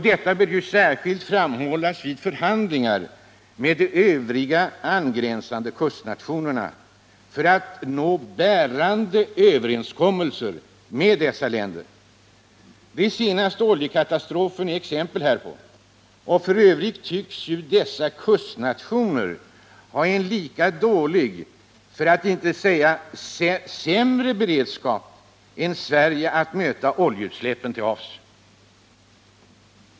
Detta bör särskilt framhållas vid förhandlingar med angränsande kustnationer, för att bärande överenskommelser med dessa länder skall nås. De senaste oljekatastroferna är exempel härpå. F. ö. tycks dessa kustnationer ha en lika dålig — för att inte säga sämre — beredskap än Sverige att möta oljeutsläpp till havs.